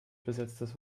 besetztes